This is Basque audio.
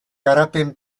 garapen